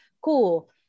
cool